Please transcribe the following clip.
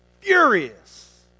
furious